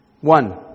One